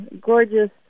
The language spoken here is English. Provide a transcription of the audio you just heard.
gorgeous